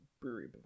Brewery